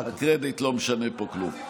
הקרדיט לא משנה פה כלום.